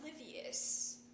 oblivious